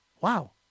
Wow